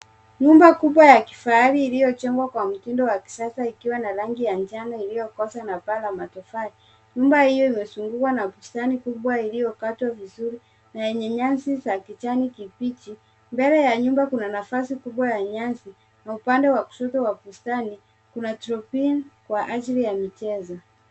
Nyumba kubwa ya kifahari iliyojengwa kwa mtindo wa kisasa likiwa na rangi ya njano iliyokosa na paa la matofari. Nyumba hiyo imezungukwa na bustani kubwa iliyo katwa vizuri na yenye nyasi za kijani kibichi. Mbele ya nyumba kuna nafasi kubwa ya nyasi na upande wa kushoto wa bustani kuna trampoline kwa ajili ya michezo.